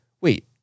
wait